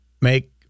make